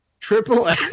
Triple